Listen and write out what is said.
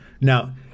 now